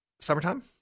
Summertime